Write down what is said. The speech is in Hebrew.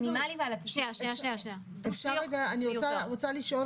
90 מיליון השקלים